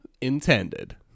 intended